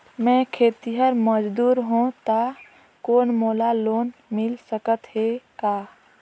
मैं खेतिहर मजदूर हों ता कौन मोला लोन मिल सकत हे का?